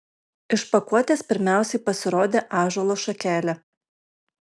iš pakuotės pirmiausiai pasirodė ąžuolo šakelė